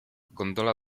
gondola